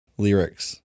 lyrics